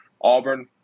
Auburn